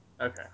Okay